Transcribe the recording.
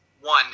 One